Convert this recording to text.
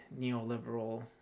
neoliberal